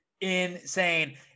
insane